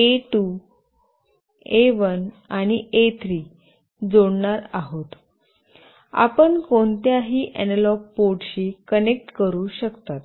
ए 2 आणि ए 3 जोडणार आहोत आपण कोणत्याही एनालॉग पोर्टशी कनेक्ट करू शकता